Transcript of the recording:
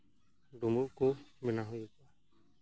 ᱰᱩᱢᱵᱩᱜ ᱠᱚ ᱵᱮᱱᱟᱣ ᱦᱩᱭᱩᱜᱼᱟ